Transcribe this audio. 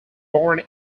born